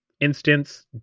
Instance